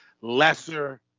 lesser